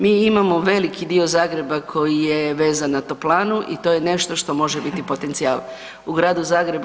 Mi imamo veliki dio Zagreba koji je vezan na toplanu i to je nešto što može biti potencijal u gradu Zagrebu.